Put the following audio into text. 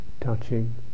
touching